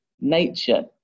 nature